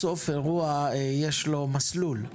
בסוף אירוע יש לו מסלול.